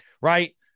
right